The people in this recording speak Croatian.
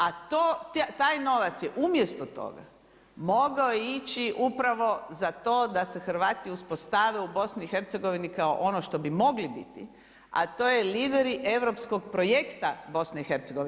A taj novac je umjesto toga mogao ići upravo za to da se Hrvati uspostave u BIH kao ono što bi mogli biti, a to je lideri europskog projekta BIH.